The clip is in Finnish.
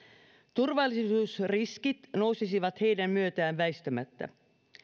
turvallisuusriskit nousisivat heidän myötään väistämättä